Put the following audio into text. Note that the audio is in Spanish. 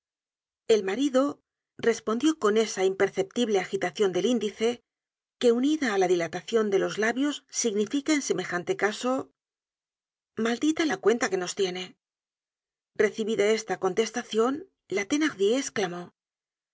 el marido respondió con esa imperceptible agitacion del índice que unida á la dilatacion de los labios significa en semejante caso maldita la cuenta que nos tiene recibida esta contestacion la thenardier esclamó